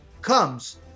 comes